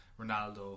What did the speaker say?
Ronaldo